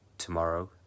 tomorrow